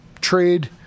trade